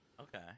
Okay